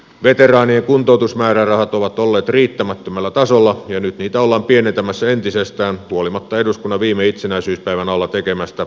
veteraanien kuntoutusmäärärahat ovat olleet riittämättömällä tasolla ja nyt niitä ollaan pienentämässä entisestään huolimatta eduskunnan viime itsenäisyyspäivän alla tekemästä juhlallisesta päätöksestä